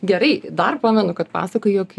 gerai dar pamenu kad pasakojai jog